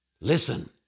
Listen